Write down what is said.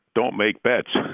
don't make bets.